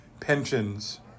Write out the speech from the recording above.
pensions